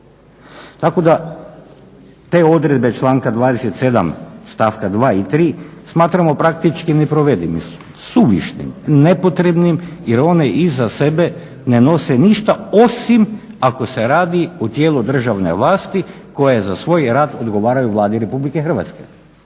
Tako da te odredbe članka 27. stavka 2. i 3. smatramo praktički neprovedivim, suvišnim, nepotrebnim jer one iza sebe ne nose ništa osim ako se radi o tijelu državne vlasti koje za svoj rad odgovaraju Vladi Republike Hrvatske